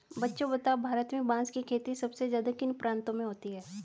बच्चों बताओ भारत में बांस की खेती सबसे ज्यादा किन प्रांतों में होती है?